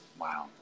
wow